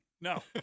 No